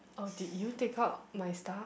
oh did you take out my stuff